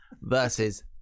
versus